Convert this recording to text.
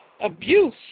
abuse